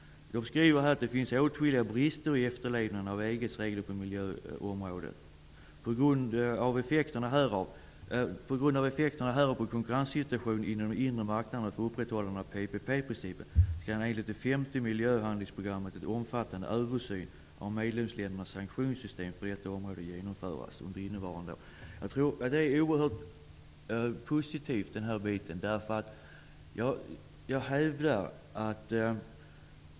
Utskottet skriver: ''Det finns åtskilliga brister i efterlevnaden av EG:s regler på miljöområdet. På grund av effekterna härav på konkurrenssituationen inom den inre marknaden för upprätthållandet av PPP-principen skall enligt det femte miljöhandlingsprogrammet en omfattande översyn av medlemsländernas sanktionssystem på detta område genomföras under innevarande år.'' Det är oerhört positivt.